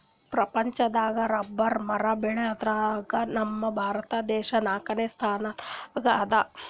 ಪ್ರಪಂಚದಾಗ್ ರಬ್ಬರ್ ಮರ ಬೆಳ್ಯಾದ್ರಗ್ ನಮ್ ಭಾರತ ದೇಶ್ ನಾಲ್ಕನೇ ಸ್ಥಾನ್ ದಾಗ್ ಅದಾ